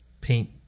paint